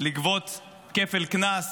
לגבות כפל קנס